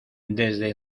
desde